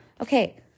Okay